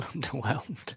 underwhelmed